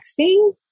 texting